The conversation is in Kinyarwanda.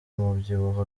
umubyibuho